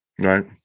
Right